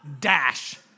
dash